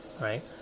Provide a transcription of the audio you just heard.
Right